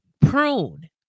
prune